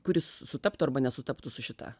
kuri sutaptų arba nesutaptų su šita